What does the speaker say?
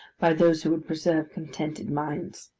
by those who would preserve contented minds.